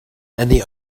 and